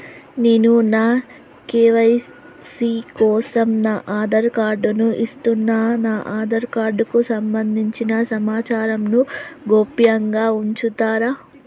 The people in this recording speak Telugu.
నేను నా కే.వై.సీ కోసం నా ఆధార్ కార్డు ను ఇస్తున్నా నా ఆధార్ కార్డుకు సంబంధించిన సమాచారంను గోప్యంగా ఉంచుతరా?